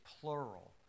plural